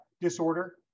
disorder